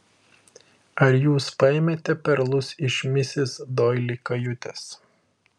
ar jūs paėmėte perlus iš misis doili kajutės